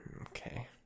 Okay